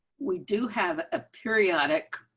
we do have a periodic.